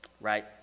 right